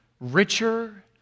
richer